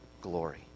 glory